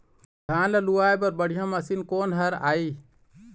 धान ला लुआय बर बढ़िया मशीन कोन हर आइ?